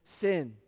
sin